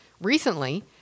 Recently